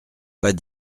pas